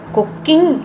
Cooking